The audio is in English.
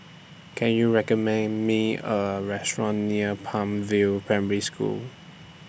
Can YOU recommend Me A Restaurant near Palm View Primary School